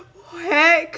heck